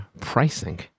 pricing